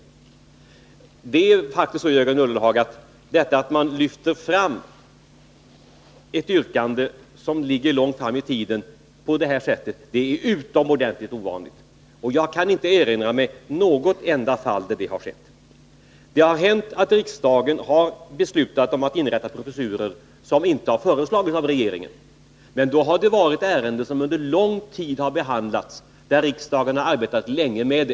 Det är faktiskt så, Jörgen Ullenhag, att det är utomordentligt ovanligt att på detta sätt lyfta fram ett yrkande som ligger långt fram i tiden. Jag kan inte erinra mig något enda fall där det har skett. Det har hänt att riksdagen har beslutat om att inrätta professurer som inte har föreslagits av regeringen, men det har då varit ärenden som under lång tid har behandlats och som riksdagen har arbetat länge med.